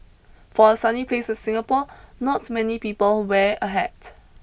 for a sunny place Singapore not many people wear a hat